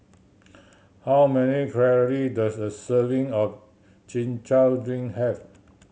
how many calorie does a serving of Chin Chow drink have